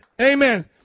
Amen